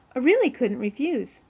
really couldn't refuse.